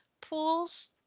pools